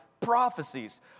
prophecies